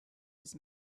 his